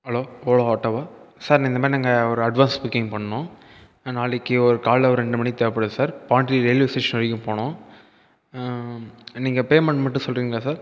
hello Ola ஆட்டோவா sir நான் இந்தமாதிரி நாங்கள் ஒரு அட்வான்ஸ் புக்கிங் பண்ணினோம் நான் நாளைக்கு ஒரு காலையில் ஒரு ரெண்டு மணிக்கு தேவைப்படுது சார் பாண்டி ரயில்வே ஸ்டேஷன் வரைக்கும் போகணும் நீங்கள் பேமெண்ட் மட்டும் சொல்றீங்களா சார்